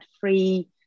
free